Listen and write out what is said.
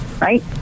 right